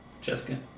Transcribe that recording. Jessica